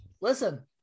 listen